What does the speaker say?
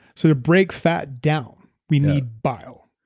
so to break fat down, we need bile,